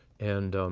and